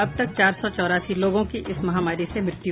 अब तक चार सौ चौरासी लोगों की इस महामारी से मृत्यु